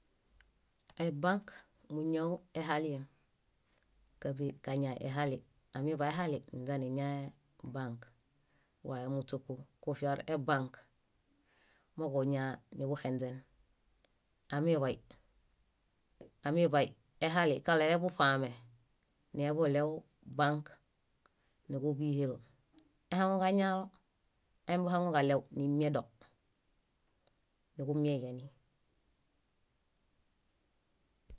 Ebãk múñau ehaliem, káḃe kaña ihali. Amiḃaehali, niźaniñae bãk. Wae múśoku kufiaruebãk, moġuñaa niḃuxenźen. Amiḃay, amiḃayehali kaɭo eḃuṗame, neḃuɭew bãk níġuḃihelo. Ahaŋuġañayo, aḃuhaŋuġaɭew nimiedo, niġumieġeni.